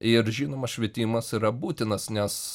ir žinoma švietimas yra būtinas nes